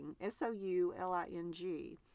S-O-U-L-I-N-G